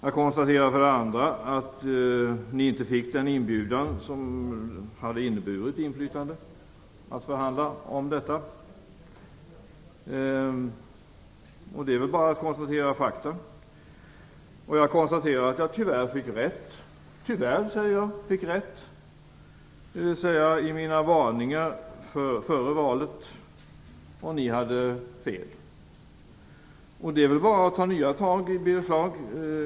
Jag konstaterar för det andra att ni inte fick den inbjudan som hade inneburit inflytande att förhandla om detta. Det är väl bara att konstatera faktum, och jag konstaterar att jag tyvärr fick rätt - tyvärr, säger jag - i mina varningar före valet och att ni hade fel. Det är väl bara att ta nya tag, Birger Schlaug.